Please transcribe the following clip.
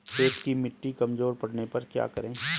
खेत की मिटी कमजोर पड़ने पर क्या करें?